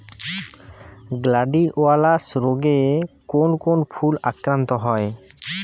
Gladiolus রোগে কোন কোন ফুল আক্রান্ত হয়?